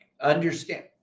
understand